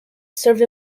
served